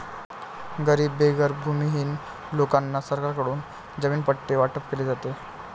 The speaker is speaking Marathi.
गरीब बेघर भूमिहीन लोकांना सरकारकडून जमीन पट्टे वाटप केले जाते